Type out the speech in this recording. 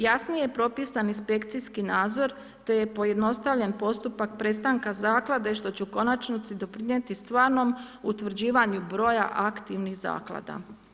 Jasnije je propisan inspekcijski nadzor te je pojednostavljen postupak prestanka zaklade što će u konačnosti doprinijeti stvarnom utvrđivanju broja aktivnih zaklada.